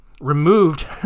removed